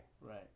Right